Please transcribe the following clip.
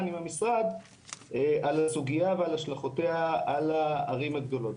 עם המשרד על הסוגיה ועל השלכותיה על הערים הגדולות.